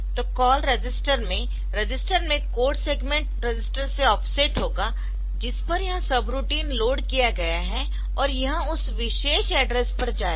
तो call register मेंरजिस्टर में कोड सेगमेंट रजिस्टर से ऑफसेट होगा जिस पर यह सबरूटीन लोड किया गया है और यह उस विशेष एड्रेस पर जाएगा